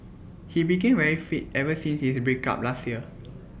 he became very fit ever since his breakup last year